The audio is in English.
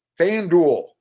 FanDuel